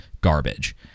garbage